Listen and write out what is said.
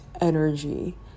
energy